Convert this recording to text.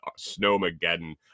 snowmageddon